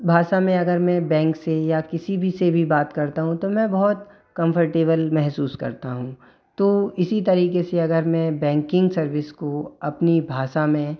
भाषा में अगर मैं बैंक से या किसी भी से भी बात करता हूँ तो मैं बहुत कंफर्टेबल महसूस करता हूँ तो इसी तरीके से अगर मैं बैंकिंग सर्विस को अपनी भाषा में